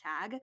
tag